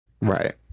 right